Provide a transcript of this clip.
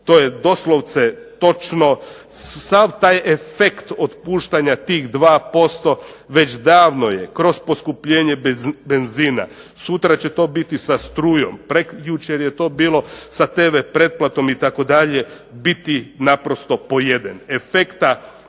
to je doslovce točno, sav taj efekt otpuštanja tih 2% već davno je kroz poskupljenje benzina, sutra će to biti sa strujom, prekjučer je to bilo sa tv pretplatom itd. biti naprosto pojeden. Efekta